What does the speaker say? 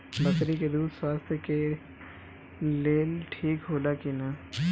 बकरी के दूध स्वास्थ्य के लेल ठीक होला कि ना?